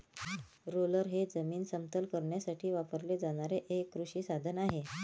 roller हे जमीन समतल करण्यासाठी वापरले जाणारे एक कृषी साधन आहे